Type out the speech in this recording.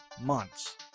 months